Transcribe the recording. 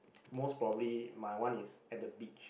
most probably my one is at the beach